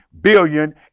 billion